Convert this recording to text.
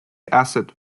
acid